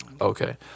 Okay